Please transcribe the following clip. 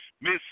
Miss